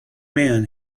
man